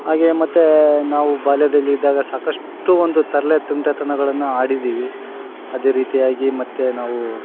ಹಾಗೇ ಮತ್ತು ನಾವು ಬಾಲ್ಯದಲ್ಲಿ ಇದ್ದಾಗ ಸಾಕಷ್ಟು ಒಂದು ತರ್ಲೆ ತುಂಟತನಗಳನ್ನ ಆಡಿದೀವಿ ಅದೇ ರೀತಿಯಾಗಿ ಮತ್ತೆ ನಾವು